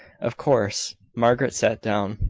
of course, margaret sat down.